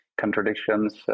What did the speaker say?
contradictions